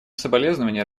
соболезнования